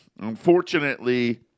Unfortunately